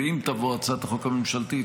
ואם תבוא הצעת החוק הממשלתית,